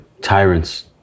tyrants